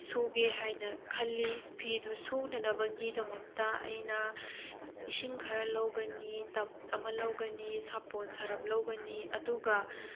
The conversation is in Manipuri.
ꯁꯨꯒꯦ ꯍꯥꯏꯅ ꯈꯜꯂꯤ ꯐꯤꯗꯨ ꯁꯨꯅꯅꯕꯒꯤꯗꯃꯛꯇ ꯑꯩꯅ ꯏꯁꯤꯡ ꯈꯔ ꯂꯧꯒꯅꯤ ꯇꯕ ꯑꯃ ꯂꯧꯒꯅꯤ ꯁꯥꯄꯣꯟ ꯁꯔꯞ ꯂꯧꯒꯅꯤ ꯑꯗꯨꯒ